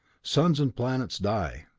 suns and planets die.